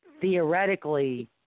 theoretically